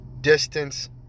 distance